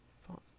font